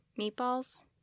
meatballs